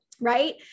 right